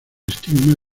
estigma